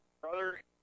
brother